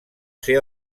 ser